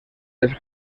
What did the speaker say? dels